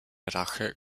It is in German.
rache